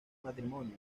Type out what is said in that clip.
matrimonio